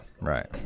right